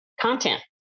content